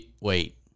Wait